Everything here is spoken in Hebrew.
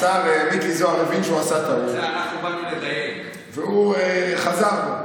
השר מיקי זוהר הבין שהוא עשה טעות, והוא חזר בו.